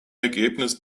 ergebnis